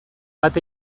bat